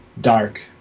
dark